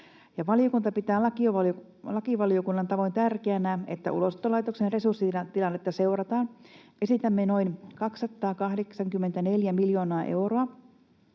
Valiokunta pitää lakivaliokunnan tavoin tärkeänä, että Ulosottolaitoksen resurssien tilannetta seurataan. Esitämme noin 284:ää miljoonaa euroa,